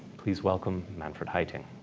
please welcome manfred heiting.